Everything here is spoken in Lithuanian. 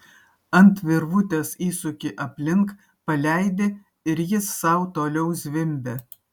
ant virvutės įsuki aplink paleidi ir jis sau toliau zvimbia